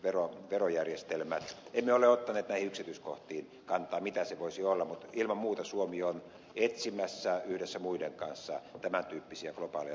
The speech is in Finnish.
emme ole ottaneet näihin yksityiskohtiin kantaa mitä se voisi olla mutta ilman muuta suomi on etsimässä yhdessä muiden kanssa tämän tyyppisiä globaaleja rahoitusmalleja